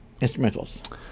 instrumentals